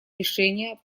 решения